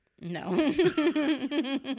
No